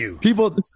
people